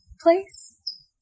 place